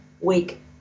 week